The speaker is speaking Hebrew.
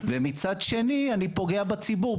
ומצד שני אני פוגע בציבור.